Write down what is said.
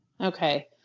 Okay